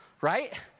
right